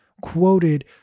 quoted